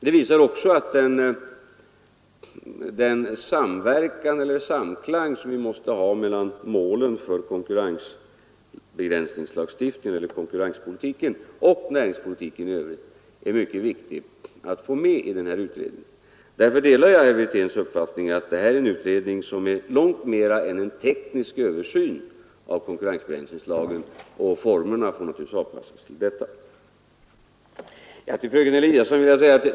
Det visar också att det är mycket viktigt att i den här utredningen få med den samklang som vi måste ha mellan målen för konkurrensbegränsningslagstiftningen eller konkurrenspolitiken och näringspolitiken i övrigt. Därför delar jag herr Wirténs uppfattning att den här utredningen är något mer än en teknisk översyn av konkurrensbegränsningslagen, och formerna får naturligtvis avpassas härtill.